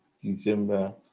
december